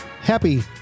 Happy